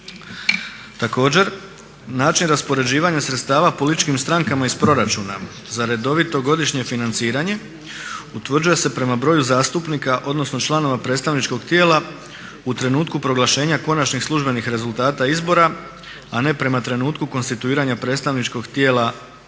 Također, način raspoređivanja sredstava političkim strankama iz proračuna za redovito godišnje financiranje utvrđuje se prema broju zastupnika odnosno članova predstavničkog tijela u trenutku proglašenja konačnih službenih rezultata izbora, a ne prema trenutku konstituiranja predstavničkog tijela kao